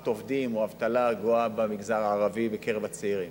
עובדים או האבטלה הגואה במגזר הערבי בקרב הצעירים.